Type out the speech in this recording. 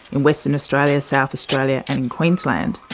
in western australia, south australia and queensland,